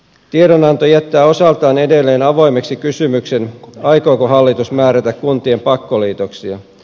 tiedonanto jättää osaltaan edelleen avoimeksi kysymyksen aikooko hallitus määrätä kuntien pakkoliitoksia